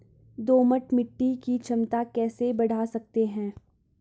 दोमट मिट्टी की क्षमता कैसे बड़ा सकते हैं?